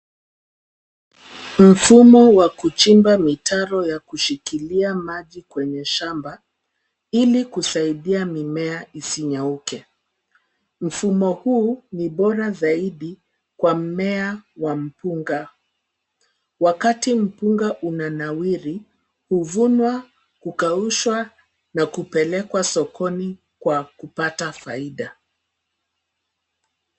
Mfumo wa kuchimba mitaro ya kushikilia maji kwenye shamba ili kusaidia mimea isinyauke. Mfumo huu ni bora zaidi kwa mmea wa mpunga. Wakati mpunga unanawiri, huvunwa, hukaushwa na hupelekwa sokoni kwa kupata faida.